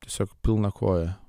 tiesiog pilna koja